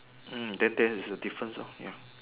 hmm then there is a difference loh ya